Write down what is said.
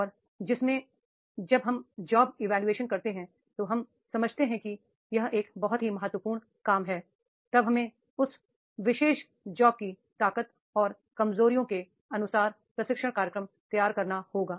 और जिसमें जब हम जॉब इवोल्यूशन करते हैं तो हम समझते हैं कि यह एक बहुत ही महत्वपूर्ण काम है तब हमें उस विशेष जॉब की ताकत और कमजोरियों के अनुसार प्रशिक्षण कार्यक्रम तैयार करना होगा